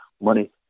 money